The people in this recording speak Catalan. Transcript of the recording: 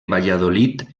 valladolid